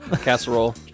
casserole